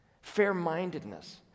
fair-mindedness